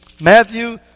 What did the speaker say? Matthew